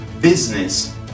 business